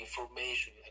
information